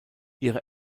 ihre